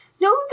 No